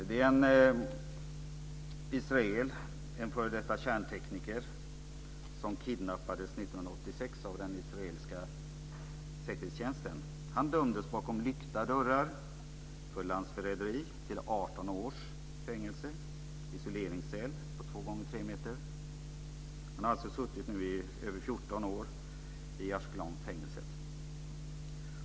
Det är en israel - en f.d. kärntekniker - som kidnappades 1986 av den israeliska säkerhetstjänsten. Han dömdes bakom lyckta dörrar för landsförräderi till 18 års fängelse i isoleringscell på två gånger tre meter. Han har alltså nu suttit i över 14 år i Ashkelonfängelset.